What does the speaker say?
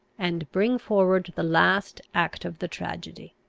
and bring forward the last act of the tragedy.